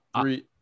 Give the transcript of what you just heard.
three